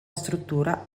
struttura